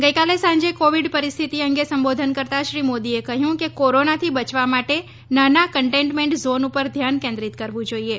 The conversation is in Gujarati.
ગઇકાલે સાંજે કોવિડ પરિસ્થિતિ અંગે સંબોધન કરતા શ્રી મોદીએ કહ્યું કે કોરોનાથી બચવા માટે નાના કન્ટેન્ટમેન્ટ ઝોન પર ધ્યાન કેન્દ્રીત કરવું જોઈએ